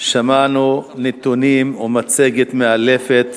שמענו נתונים ומצגת מאלפת